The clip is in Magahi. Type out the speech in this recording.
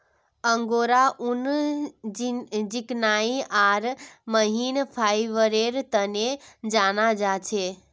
अंगोरा ऊन चिकनाई आर महीन फाइबरेर तने जाना जा छे